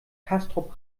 castrop